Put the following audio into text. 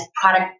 product